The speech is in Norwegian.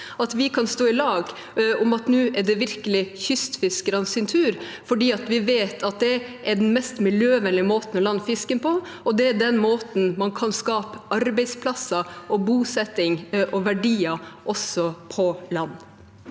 kan vi stå i lag om at det virkelig er kystfiskernes tur, for vi vet at det er den mest miljøvennlige måten å lande fisken på, og det er på den måten man kan skape arbeidsplasser, bosetning og verdier også på land.